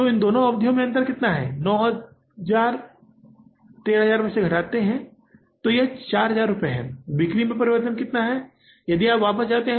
तो इन दोनों में क्या अंतर है 9000 से 13000 तक की अवधि में मुनाफ़े में बदलाव इसलिए यह 4000 रुपये है और बिक्री में परिवर्तन कितना है यदि आप वापस जाते हैं